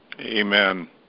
Amen